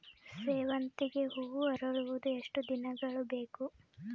ಸೇವಂತಿಗೆ ಹೂವು ಅರಳುವುದು ಎಷ್ಟು ದಿನಗಳು ಬೇಕು?